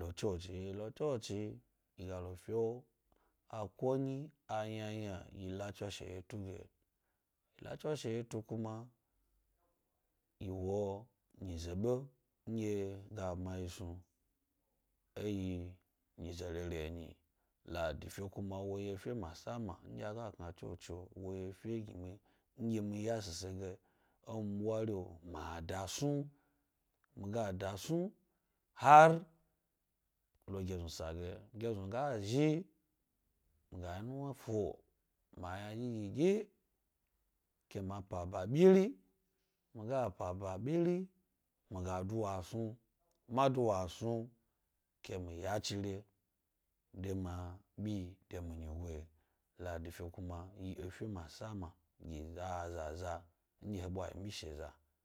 lo chochi, yi lo choochi yna, yi lo fio a komyi a yna yi la tswashe ye tug e. la twashe ye tu kuma, yi wwo nyize ɓe nɗye ga mayi snu yna e yi nyize rere nyi. Ladi fe kuma woyi ebe masama nɗye a ga kna chochio wo yi efe gi mi nɗye mi ya zhi se ge myi, e mi ɓwario ma dasnu, ma dasnu hari lo gesnu sa ge, geznu ga imi, mi ga nuwna fu, ma ynadyidyi syi ke map aba biri mi ga ba biru mi ga duwa snu, maduwa snu ke mi yachre de ma. abi de mi nyigoyi. Ladife kuma wo yife musama za-zaza nɗye ɓwa yi mishe za.